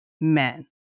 men